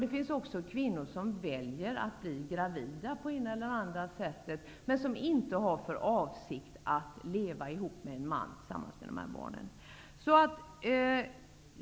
Det finns även kvinnor som väljer att bli gravida på det ena eller andra sättet, men som inte har för avsikt att leva ihop med en man tillsammans med barnet. Herr talman!